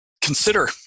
consider